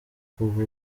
kuva